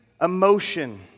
emotion